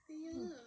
mm